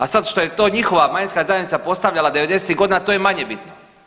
A sad što je to njihova manjinska zajednica postavljala 90-ih godina, to je manje bitno.